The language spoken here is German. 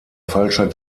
falscher